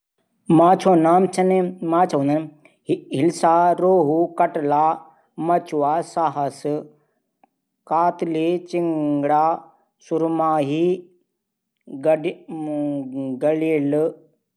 नीला पीला लाल हरा बैंगनी सफेद गुलाबी जामुनी